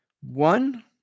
one